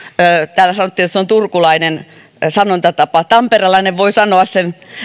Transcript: täällä sanottiin että se on turkulainen sanontatapa tamperelainen voi sanoa sen